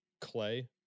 clay